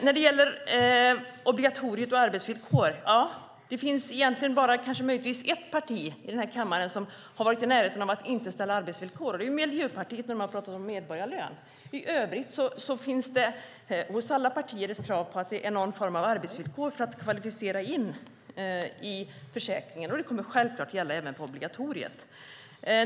När det gäller obligatoriet och arbetsvillkor finns det möjligtvis bara ett parti i den här kammaren som har varit i närheten av att inte ställa arbetsvillkor, och det är Miljöpartiet när man pratar om medborgarlön. I övrigt finns det hos alla partier ett krav på någon form av arbetsvillkor för att kvalificera in i försäkringen. Det kommer självklart att gälla även för obligatoriet.